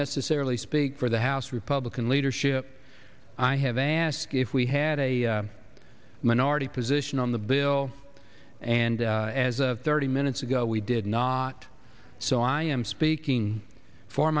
necessarily speak for the house republican leadership i have asked if we had a minority position on the bill and as a thirty minutes ago we did not so i am speaking for